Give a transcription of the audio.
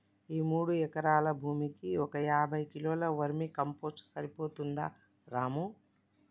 ఈ మూడు ఎకరాల భూమికి ఒక యాభై కిలోల వర్మీ కంపోస్ట్ సరిపోతుందా రాము